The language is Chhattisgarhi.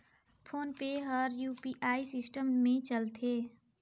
फोन पे हर यू.पी.आई सिस्टम मे चलथे